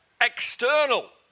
external